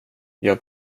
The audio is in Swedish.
jag